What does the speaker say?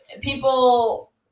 People